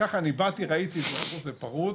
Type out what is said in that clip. ככה באתי וראיתי את המקום פרוץ.